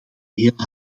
heel